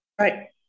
Right